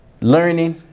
learning